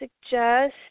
suggest